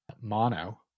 mono